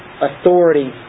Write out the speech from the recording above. authority